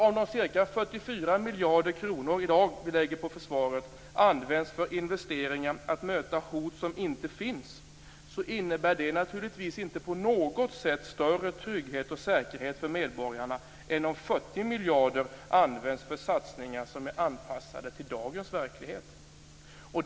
Om de ca 44 miljarder kronor vi i dag lägger ned på försvaret används för investeringar för att möta hot som inte finns, innebär det naturligtvis inte på något sätt större trygghet och säkerhet för medborgarna än om 40 miljarder kronor används för satsningar som är anpassade till dagens verklighet.